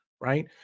right